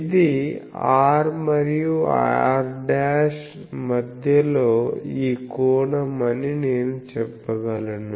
ఇది r మరియు r' మధ్యలో ఈ కోణం అని నేను చెప్పగలను